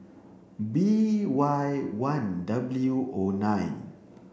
B Y one W O nine